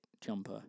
jumper